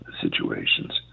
situations